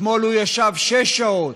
אתמול הוא ישב שש שעות,